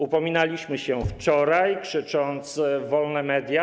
Upominaliśmy się o nią wczoraj, krzycząc: Wolne media!